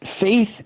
Faith